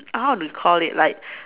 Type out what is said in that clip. I want to call it like